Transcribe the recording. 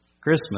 Christmas